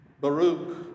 Baruch